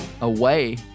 away